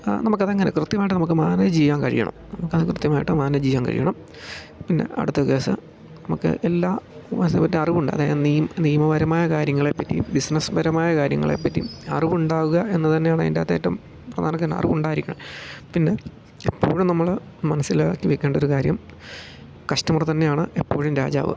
നമുക്ക് അത് എങ്ങനെ കൃത്യമായിട്ട് നമുക്ക് മാനേജ് ചെയ്യാൻ കഴിയണം നമുക്ക് അത് കൃത്യമായിട്ട് മാനേജ് ചെയ്യാൻ കഴിയണം പിന്നെ അടുത്ത കേസ് നമുക്ക് എല്ലാ പറ്റി അറിവുണ്ട് അതായ നീമ് നിയമപരമായ കാര്യങ്ങളെപ്പറ്റി ബിസിനസ്പരമായ കാര്യങ്ങളെപ്പറ്റി അറിവുണ്ടാവുക എന്നത് തന്നെയാണ് അയിന്റാത്ത് ഏറ്റം പ്രധാനക്കെന്ന അറിവുണ്ടായിരിക്കണം പിന്നെ എപ്പോഴും നമ്മൾ മനസ്സിലാക്കി വെക്കേണ്ടൊരു കാര്യം കസ്റ്റമറ് തന്നെയാണ് എപ്പോഴും രാജാവ്